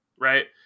right